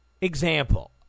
example